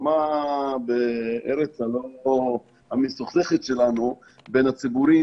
הסכמה בארץ המסוכסכת שלנו, בין הציבור,